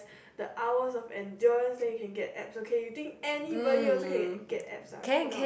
the hours of endurance then you can get abs okay you think anybody also can get abs ah cannot